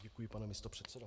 Děkuji, pane místopředsedo.